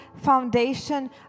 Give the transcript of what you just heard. foundation